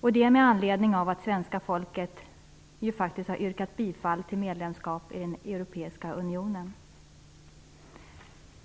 Det gör jag med anledning av att svenska folket faktiskt har yrkat bifall till medlemskap i den europeiska unionen.